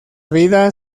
vida